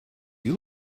you